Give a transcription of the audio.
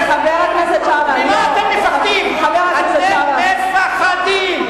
אתם רוצים חברי כנסת כמו חנין זועבי.